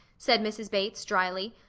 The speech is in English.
said mrs. bates, dryly.